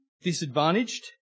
disadvantaged